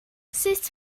sut